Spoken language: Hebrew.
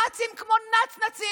נאצים כמו נצנצים,